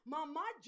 Mama